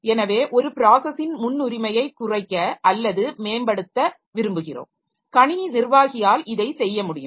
எனவே ஒரு ப்ராஸஸின் முன்னுரிமையை குறைக்க அல்லது மேம்படுத்த விரும்புகிறோம் கணினி நிர்வாகியால் இதை செய்ய முடியும்